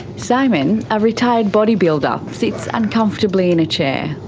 simon, a retired bodybuilder, sits uncomfortably in a chair,